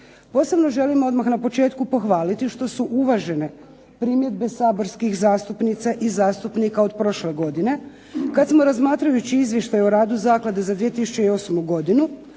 Posebno želim odmah na početku pohvaliti što su uvažene primjedbe saborskih zastupnica i zastupnika od prošle godine kada smo razmatrajući izvještaj o radu zaklade za 2008. godinu,